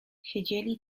siedzieli